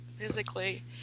Physically